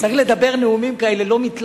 בזמן האחרון אני צריך לדבר נאומים כאלה לא מתלהמים,